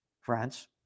France